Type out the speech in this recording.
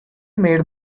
made